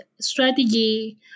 strategy